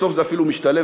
בסוף זה אפילו משתלם,